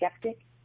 skeptic